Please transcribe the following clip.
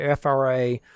FRA